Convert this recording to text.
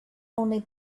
only